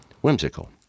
whimsical